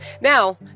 now